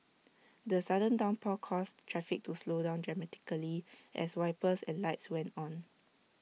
the sudden downpour caused traffic to slow down dramatically as wipers and lights went on